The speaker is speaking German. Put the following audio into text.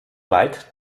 weit